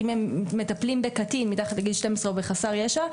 אם הם מטפלים בקטין מתחת לגיל 12 או בחסר ישע,